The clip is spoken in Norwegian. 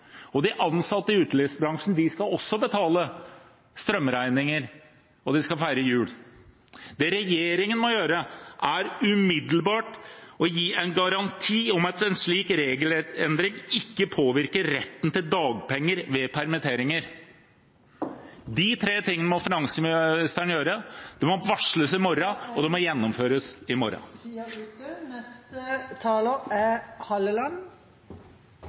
De ansatte i utelivsbransjen skal også betale strømregninger, og de skal feire jul. Det regjeringen må gjøre, er umiddelbart å gi en garanti for at en slik regelendring ikke påvirker retten til dagpenger ved permitteringer. De tre tingene må finansministeren gjøre. Det må varsles i morgen, og det må gjennomføres i morgen.